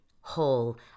whole